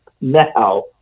Now